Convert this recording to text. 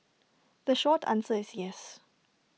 the short answer is yes